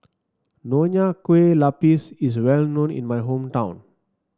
Nonya Kueh Lapis is well known in my hometown